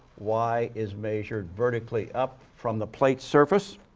y is measured vertically up from the plate surface.